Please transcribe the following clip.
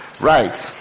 right